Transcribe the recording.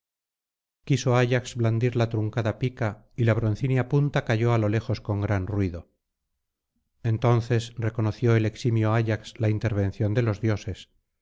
quiso ayax blandir la truncada pica y la broncínea punta cayó á lo lejos con gran ruido entonces reconoció el eximio ayax la intervención de los dioses